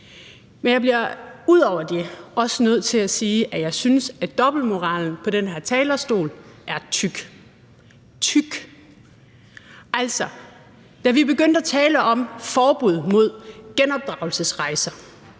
Men jeg bliver ud over det også nødt til at sige, at jeg synes, at dobbeltmoralen på den her talerstol er tyk – tyk. Da vi begyndte at tale om et forbud mod genopdragelsesrejser,